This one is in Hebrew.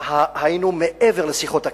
היינו מעבר לשיחות הקרבה,